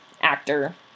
actor